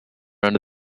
under